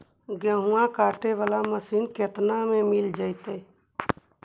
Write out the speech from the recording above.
गेहूं काटे बाला मशीन केतना में मिल जइतै?